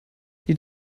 die